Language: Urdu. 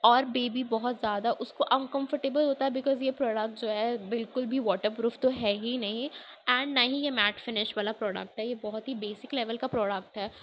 اور بیبی بہت زیادہ اس کو ان کمفرٹیبل ہوتا ہے بیکاز یہ پروڈکٹ جو ہے بالکل بھی واٹر پروف تو ہے ہی نہیں اینڈ نہ ہی یہ میٹ فنش والا پروڈکٹ ہے یہ بہت ہی بیسک لیول کا پروڈکٹ ہے